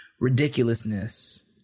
ridiculousness